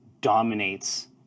dominates